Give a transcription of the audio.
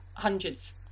hundreds